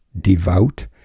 devout